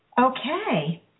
okay